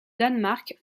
danemark